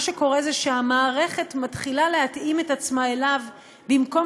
מה שקורה זה שהמערכת מתחילה להתאים את עצמה אליו במקום